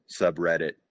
subreddit